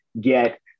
get